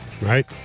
right